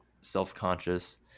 self-conscious